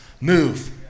move